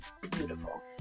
beautiful